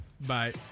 Bye